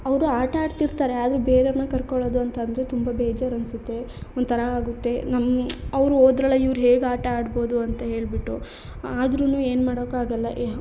ಅವರು ಆಟ ಆಡ್ತಿರ್ತಾರೆ ಆದರೆ ಬೇರೆಯವ್ರನ್ನ ಕರ್ಕೊಳ್ಳೋದು ಅಂತಂದರೆ ತುಂಬ ಬೇಜಾರ್ ಅನ್ಸುತ್ತೆ ಒಂಥರ ಆಗುತ್ತೆ ನಮ್ಮ ಅವರು ಹೋದ್ರಲ ಇವ್ರು ಹೇಗೆ ಆಟ ಆಡ್ಬೋದು ಅಂತ ಹೇಳಿಬಿಟ್ಟು ಆದ್ರೂ ಏನೂ ಮಾಡೋಕ್ಕಾಗಲ್ಲ ಏ